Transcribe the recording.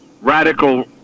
radical